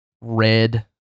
red